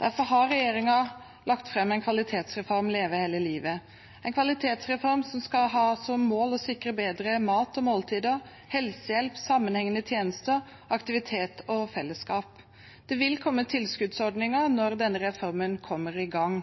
Derfor har regjeringen lagt fram en kvalitetsreform, Leve hele livet, en kvalitetsreform som skal ha som mål å sikre bedre mat og måltider, helsehjelp, sammenhengende tjenester, aktivitet og fellesskap. Det vil komme tilskuddsordninger når denne reformen kommer i gang.